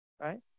right